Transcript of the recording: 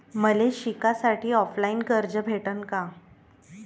मले शिकासाठी ऑफलाईन कर्ज भेटन का?